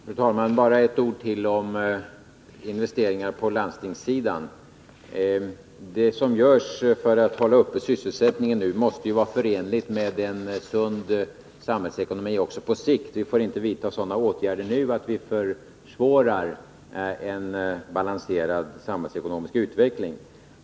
Fru talman! Bara några ord till om investeringar på landstingssidan. Det som nu görs för att hålla uppe sysselsättningen måste vara förenligt med en sund samhällsekonomi också på sikt — vi får inte vidta sådana åtgärder att vi försvårar en balanserad samhällsekonomisk utveckling.